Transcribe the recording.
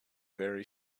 very